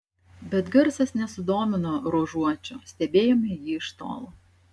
bet garsas nesudomino ruožuočio stebėjome jį iš tolo